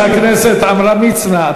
חבר הכנסת עמרם מצנע,